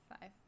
five